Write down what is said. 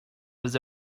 was